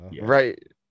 right